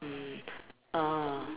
mm ah